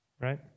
Right